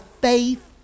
faith